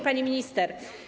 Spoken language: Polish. Pani Minister!